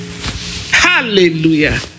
hallelujah